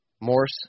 Morse